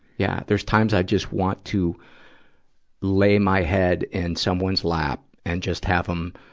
yeah, there's times i just want to lay my head in someone's lap and just have them